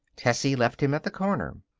tessie left him at the corner.